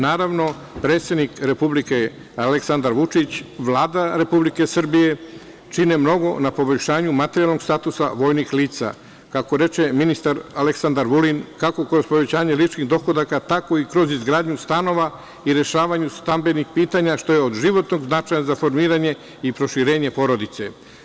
Naravno, predsednik Republike Aleksandar Vučić, Vlada Republike Srbije čine mnogo na poboljšanju materijalnog statusa vojnih lica, kako reče ministar Aleksandar Vulin, kako kroz povećanje ličnih dohodaka, tako i kroz izgradnju stanova i rešavanja stambenih pitanja, što je od životnog značaja za formiranje i proširenje porodice.